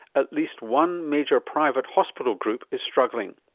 at least one major private hospital group is struggling.